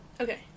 Okay